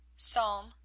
Psalm